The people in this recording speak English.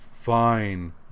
Fine